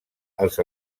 els